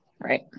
Right